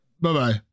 Bye-bye